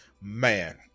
Man